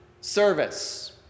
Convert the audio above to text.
service